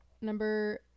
number